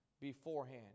beforehand